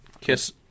kiss